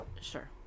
sure